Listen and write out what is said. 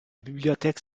bibliothèque